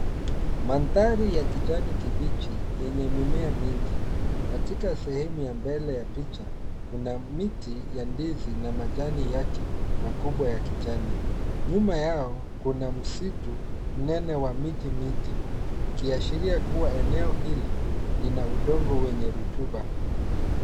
Mandhari ya kijani kibichi yenye mimea mingi. Katika sehemu ya mbele ya picha kuna miti ya ndizi na majani yake makubwa ya kijani. Nyuma yao kuna msitu mnene wa miti mingi ikiashiria kuwa eneo hili lina udongo wenye rotuba.